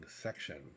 section